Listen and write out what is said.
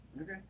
Okay